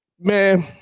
Man